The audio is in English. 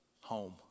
Home